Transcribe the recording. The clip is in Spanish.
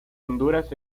honduras